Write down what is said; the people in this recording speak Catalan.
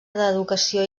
educació